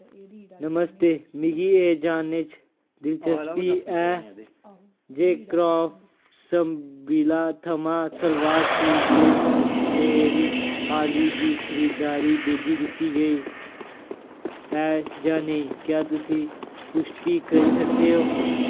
नमस्ते मिगी एह् जानने च दिलचस्पी ऐ जे क्राफ्ट्सविला थमां सलवार सूट दी मेरी हाली दी खरीददारी भेजी दित्ती गेई ऐ जां नेईं क्या तुस पुश्टी करी सकदे ओ